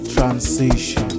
Transition